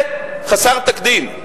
זה חסר תקדים.